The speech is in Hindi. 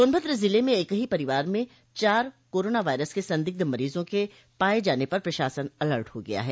सोनभद्र ज़िले में एक ही परिवार मं चार कोरोना वायरस के संदिग्ध मरीजों के पाये जाने पर प्रशासन अलर्ट हो गया है